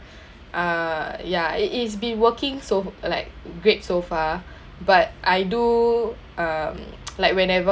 uh ya it it's been working so like great so far but I do um like whenever